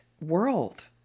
world